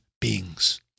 beings